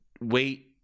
wait